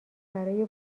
برای